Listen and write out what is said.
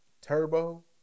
turbo